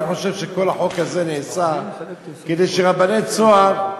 אני חושב שכל החוק הזה נעשה כדי שרבני "צהר"